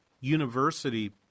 university